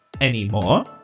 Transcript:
anymore